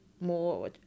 more